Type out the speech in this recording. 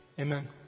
Amen